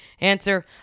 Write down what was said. answer